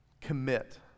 commit